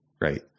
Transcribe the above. Right